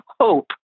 hope